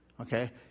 Okay